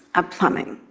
ah plumbing.